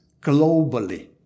globally